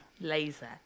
Laser